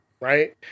right